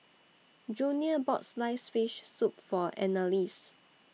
Junior bought Sliced Fish Soup For Annalise